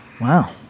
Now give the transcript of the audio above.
Wow